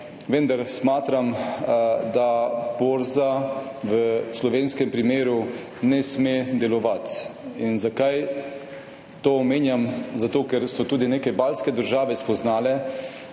Zato smatram, da borza v slovenskem primeru ne sme delovati. Zakaj to omenjam? Zato, ker so tudi baltske države spoznale,